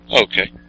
Okay